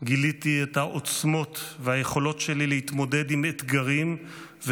גיליתי את העוצמות והיכולות שלי להתמודד עם אתגרים,